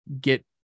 get